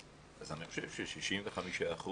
אז אני חושב ש-65%